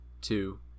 two